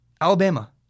Alabama